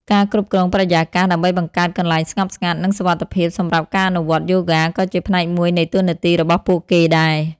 ការ គ្រប់គ្រងបរិយាកាស ដើម្បីបង្កើតកន្លែងស្ងប់ស្ងាត់ និងសុវត្ថិភាពសម្រាប់ការអនុវត្តយូហ្គាក៏ជាផ្នែកមួយនៃតួនាទីរបស់ពួកគេដែរ។